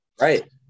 Right